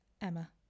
Emma